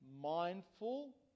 mindful